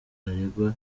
aregwa